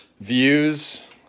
views